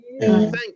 Thank